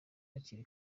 hakiri